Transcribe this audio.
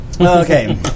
Okay